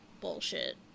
bullshit